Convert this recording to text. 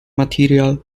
material